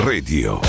Radio